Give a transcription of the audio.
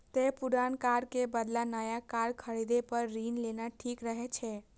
तें पुरान कार के बदला नया कार खरीदै पर ऋण लेना ठीक रहै छै